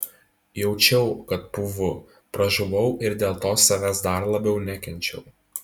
jaučiau kad pūvu pražuvau ir dėl to savęs dar labiau nekenčiau